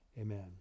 amen